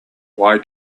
why